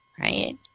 right